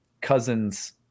Cousins